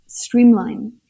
streamline